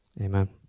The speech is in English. amen